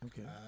okay